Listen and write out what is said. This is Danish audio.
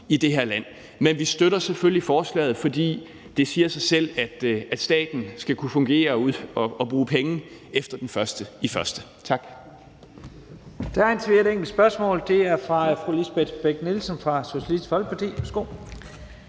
i det her land. Men vi støtter selvfølgelig forslaget, for det siger sig selv, at staten skal kunne fungere og bruge penge efter den 1. januar 2023. Tak.